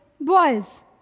boys